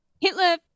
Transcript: Hitler